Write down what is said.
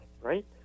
right